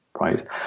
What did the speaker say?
right